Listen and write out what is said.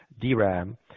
DRAM